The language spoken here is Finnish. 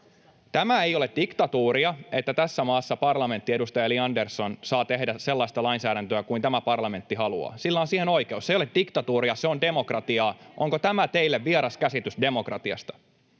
Tämä ei ole diktatuuria, että tässä maassa parlamentti, edustaja Li Andersson, saa tehdä sellaista lainsäädäntöä kuin tämä parlamentti haluaa. Sillä on siihen oikeus. Se ei ole diktatuuria, se on demokratiaa. Onko tämä teille vieras käsitys demokratiasta?